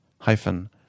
hyphen